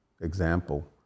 example